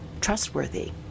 trustworthy